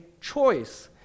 choice